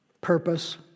purpose